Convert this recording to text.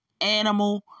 animal